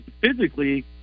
physically